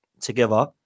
together